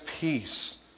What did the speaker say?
peace